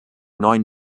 neuen